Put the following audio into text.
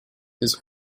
his